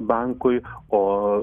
bankui o